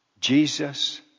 Jesus